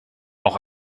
auch